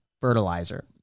Fertilizer